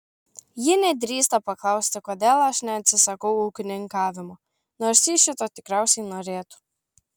ji nedrįsta paklausti kodėl aš neatsisakau ūkininkavimo nors ji šito tikriausiai norėtų